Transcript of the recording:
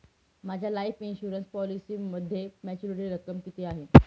माझ्या life insurance पॉलिसीमध्ये maturity रक्कम किती आहे?